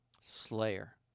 Slayer